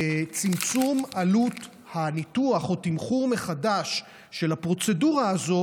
צמצום עלות הניתוח או תמחור מחדש של הפרוצדורה הזאת